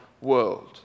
world